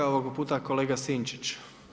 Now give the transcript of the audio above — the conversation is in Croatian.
Ovoga puta kolega Sinčić.